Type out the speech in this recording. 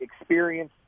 experience